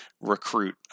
recruit